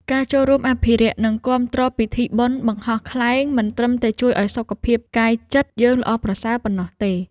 ការចូលរួមអភិរក្ស និងគាំទ្រពិធីបុណ្យបង្ហោះខ្លែង មិនត្រឹមតែជួយឱ្យសុខភាពកាយចិត្តយើងល្អប្រសើរប៉ុណ្ណោះទេ។